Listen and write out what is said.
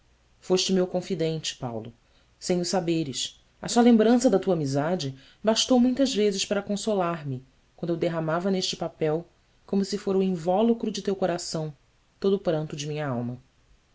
foste meu confidente paulo sem o saberes a só lembrança da tua amizade bastou muitas vezes para consolar-me quando eu derramava neste papel como se fora o invólucro de teu coração todo o pranto de minha alma